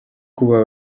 kubaha